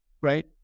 right